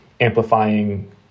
amplifying